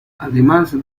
además